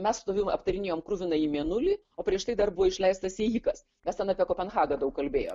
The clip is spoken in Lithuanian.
mes su tavim aptarinėjom kruvinąjį mėnulį o prieš tai dar buvo išleistas ėjikas mes ten apie kopenhagą daug kalbėjom